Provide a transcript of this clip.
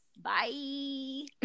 Bye